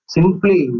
Simply